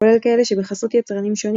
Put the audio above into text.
כולל כאלה שבחסות יצרנים שונים,